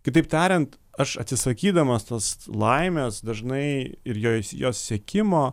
kitaip tariant aš atsisakydamas tos laimės dažnai ir jois jos siekimo